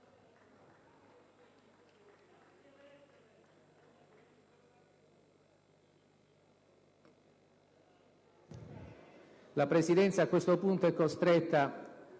La Presidenza, a questo punto, è costretta